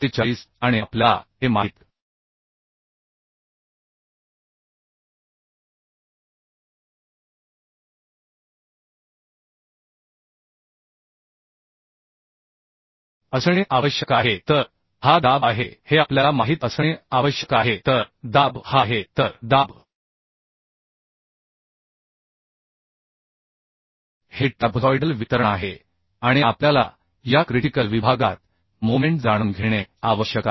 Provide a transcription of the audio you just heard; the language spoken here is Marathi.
43 आणि आपल्याला हे माहित असणे आवश्यक आहे तर हा दबाव आहे हे आपल्याला माहित असणे आवश्यक आहे तर दबाव हा आहे तर दबाव हे ट्रॅपझॉइडल वितरण आहे आणि आपल्याला या क्रिटिकल विभागात मोमेंट जाणून घेणे आवश्यक आहे